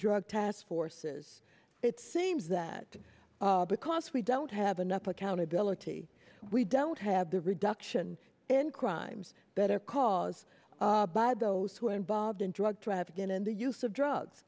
drug task forces it seems that because we don't have enough accountability we don't have the reduction in crimes that are caused by those who are involved in drug trafficking and the use of drugs